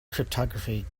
cryptography